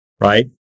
Right